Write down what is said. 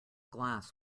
glass